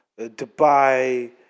Dubai